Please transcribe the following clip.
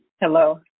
Hello